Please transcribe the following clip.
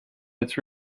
its